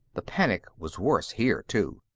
the panic was worse, here, too.